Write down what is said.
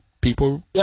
People